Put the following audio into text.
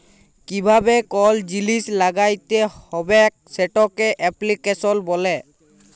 কিভাবে কল জিলিস ল্যাগ্যাইতে হবেক সেটকে এপ্লিক্যাশল ব্যলে